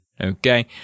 Okay